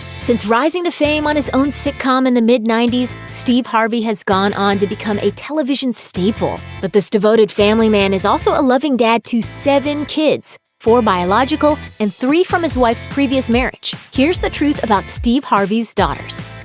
since rising to fame on his own sitcom in the mid ninety s, steve harvey has gone on to become a television staple. but this devoted family man is also a loving dad to seven kids, four biological and three from his wife's previous marriage. here's the truth about steve harvey's daughters.